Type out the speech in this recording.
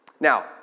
Now